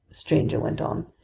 the stranger went on,